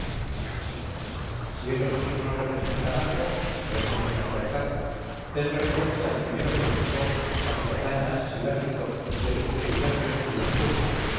si esos signos representan algo repuso santorcaz es referente al primero que los usó a sus hazañas si las hizo y a sus privilegios si los tuvo